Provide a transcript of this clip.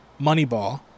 Moneyball